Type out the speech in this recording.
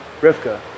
Rivka